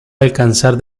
alcanzar